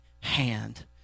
hand